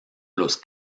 los